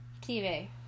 TV